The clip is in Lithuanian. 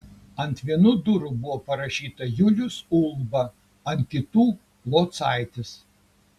ant vienų durų buvo parašyta julius ulba ant kitų locaitis